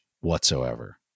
whatsoever